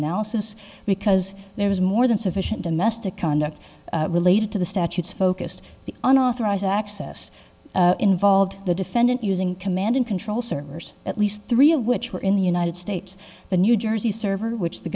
analysis because there was more than sufficient domestic conduct related to the statutes focused unauthorized access involved the defendant using command and control servers at least three of which were in the united states the new jersey server which the